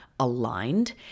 aligned